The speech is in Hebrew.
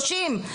שלושים,